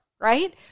right